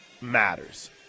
matters